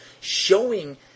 showing